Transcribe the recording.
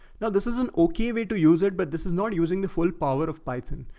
now this is an okay way to use it, but this is not using the full power of python.